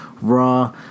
Raw